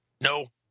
No